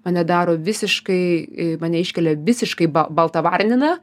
mane daro visiškai i mane iškelia visiškai ba balta varniną